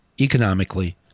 economically